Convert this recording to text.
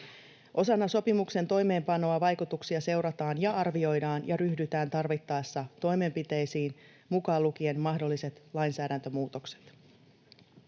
Osana sopimuksen toimeenpanoa vaikutuksia seurataan ja arvioidaan ja ryhdytään tarvittaessa toimenpiteisiin, mukaan lukien mahdolliset lainsäädäntömuutokset.